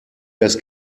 das